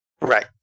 Right